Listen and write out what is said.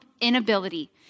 inability